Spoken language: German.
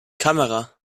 kamera